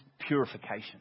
purification